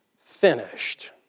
finished